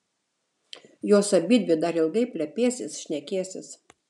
jos abidvi dar ilgai plepėsis šnekėsis